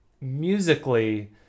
musically